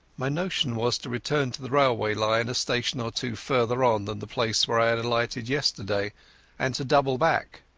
my notion was to return to the railway line a station or two farther on than the place where i had alighted yesterday and to double back.